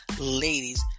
ladies